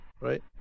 right